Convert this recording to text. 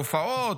הופעות,